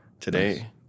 today